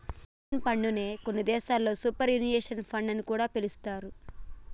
pension fund నే కొన్ని దేశాల్లో సూపర్ యాన్యుయేషన్ ఫండ్ అని కూడా పిలుత్తారు